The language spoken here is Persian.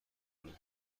کنند